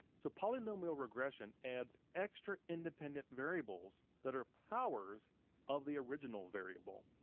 so polynomial regression adds extra independent variables that are powers of the original variable.